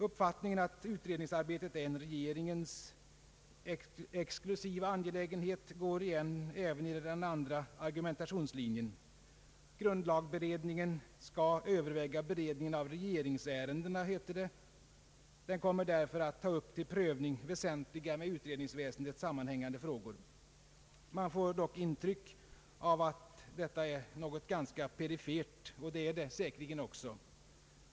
Uppfattningen att utredningsarbetet är en regeringens exklusiva angelägenhet går igen även i den andra argumentationslinjen. Grundlagberedningen skall överväga beredningen av regeringsärendena, heter det. Den kommer därför att ta upp till prövning ”väsentliga med utredningsväsendet sammanhängande frågor”. Man får dock ett intryck av att detta är något ganska perifert, och så är det säkerligen.